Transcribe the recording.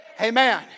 Amen